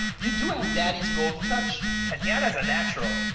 you do have daddy's golden touch. tatianna's a natural,